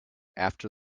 after